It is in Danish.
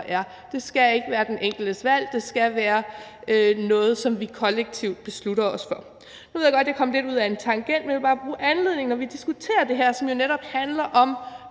Det skal ikke være den enkeltes valg. Det skal være noget, som vi kollektivt beslutter os for. Nu ved jeg godt, at jeg kom lidt ud ad en tangent, men jeg vil bare bruge anledningen til, at vi, når vi diskuterer det her, som jo netop handler om